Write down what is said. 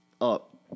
up